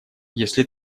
если